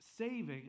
Saving